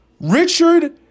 Richard